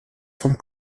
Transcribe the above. vom